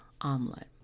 omelet